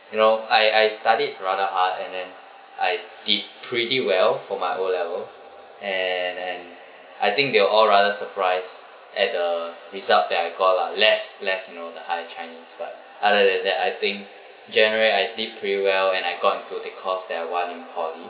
you know I I studied rather hard and then I did pretty well for my O level and then I think they all rather surprised at the result that I got lah less less not the higher chinese but other than that I think generally I did pretty well and I got into the course that I want in poly